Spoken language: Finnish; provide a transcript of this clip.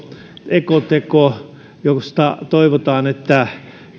ekoteko josta toivotaan että